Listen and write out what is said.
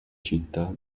città